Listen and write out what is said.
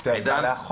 תודה רבה.